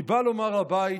אני בא לומר לבית,